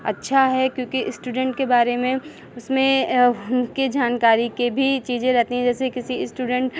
अच्छा है क्योंकि इस्टूडेंट के बारे में उसमें उनके जानकारी के भी चीज़ें रहती हैं जैसे किसी इस्टूडेंट